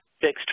fixed